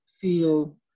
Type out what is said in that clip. feel